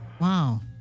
Wow